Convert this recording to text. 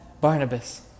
Barnabas